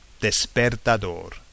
Despertador